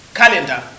calendar